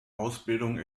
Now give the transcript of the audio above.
ausbildung